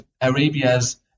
Arabia's